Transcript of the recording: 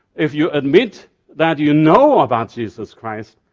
if you admit that you know about jesus christ,